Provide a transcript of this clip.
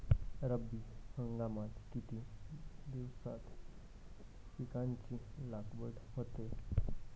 रब्बी हंगामात किती दिवसांत पिकांची लागवड होते?